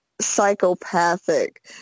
psychopathic